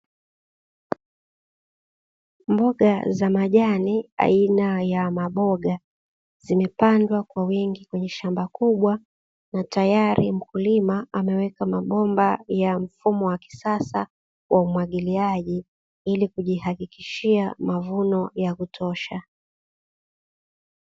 Mboga za majani aina ya maboga, zimepandwa kwa wingi kwenye shamba kubwa na tayari mkulima ameweka mabomba ya mfumo wa kisasa wa umwagiliaji ili kujihakikishia mavuno ya kutosha.